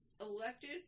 elected